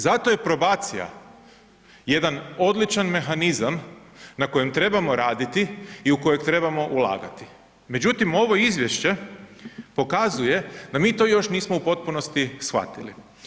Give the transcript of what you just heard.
Zato je probacija jedan odličan mehanizam na kojem trebamo raditi i u kojeg trebamo ulagati međutim ovo izvješće pokazuje da mi to još nismo u potpunost shvatili.